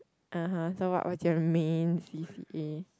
(uh huh) so what was your main c_c_a